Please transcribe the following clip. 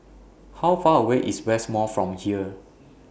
How Far away IS West Mall from here